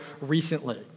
recently